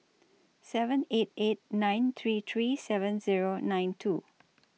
seven eight eight nine three three seven Zero nine two